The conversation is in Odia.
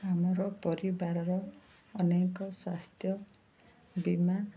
ଆମର ପରିବାରର ଅନେକ ସ୍ୱାସ୍ଥ୍ୟ ବୀମା